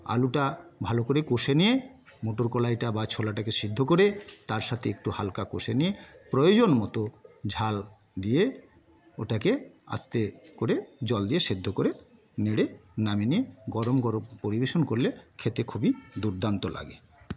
আলুটা ভালো করে কষে নিয়ে মটর কলাইটা বা ছোলাটাকে সিদ্ধ করে তার সাথে একটু হালকা কষে নিয়ে প্রয়োজন মতো ঝাল দিয়ে ওটাকে আস্তে করে জল দিয়ে সেদ্ধ করে নেড়ে নামিয়ে নিয়ে গরম গরম পরিবেশন করলে খেতে খুবই দুর্দান্ত লাগে